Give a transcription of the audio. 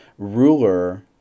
Ruler